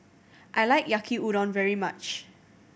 I like Yaki Udon very much